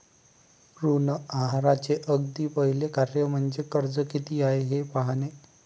ऋण आहाराचे अगदी पहिले कार्य म्हणजे कर्ज किती आहे हे पाहणे